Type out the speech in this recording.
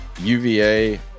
UVA